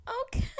okay